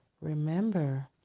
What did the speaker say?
remember